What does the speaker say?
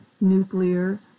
nuclear